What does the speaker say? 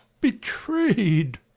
betrayed